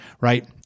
right